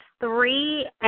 three